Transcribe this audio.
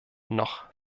noch